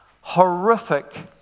horrific